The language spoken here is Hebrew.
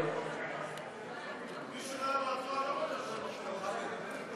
מי שלא, ברגע